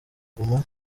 guma